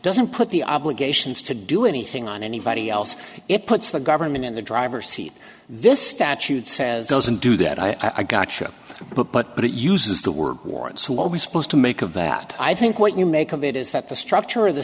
doesn't put the obligations to do anything on anybody else it puts the government in the driver's seat this statute says doesn't do that i gotcha but but but it uses the word warrants who always supposed to make of that i think what you make of it is that the structure of the